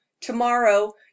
Tomorrow